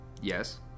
Yes